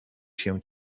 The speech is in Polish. się